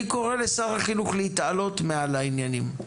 אני קורא לשר החינוך להתעלות מעל העניינים,